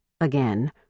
again